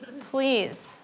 please